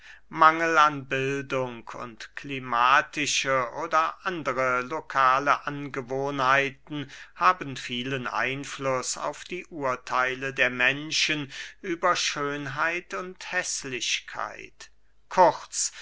mangel an bildung und klimatische oder andere lokale angewohnheiten haben vielen einfluß auf die urtheile der menschen über schönheit und häßlichkeit kurz